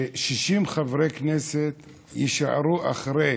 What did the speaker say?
ש-60 חברי כנסת יישארו אחרי